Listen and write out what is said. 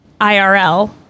IRL